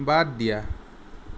বাদ দিয়া